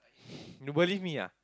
you believe me ah